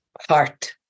heart